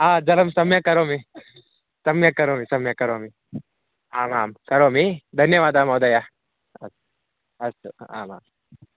आ जलं सम्यक् करोमि सम्यक् करोमि सम्यक् करोमि आम् आं करोमि धन्यवादः महोदय अस्तु अस्तु आमाम्